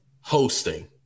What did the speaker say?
hosting